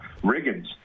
Riggins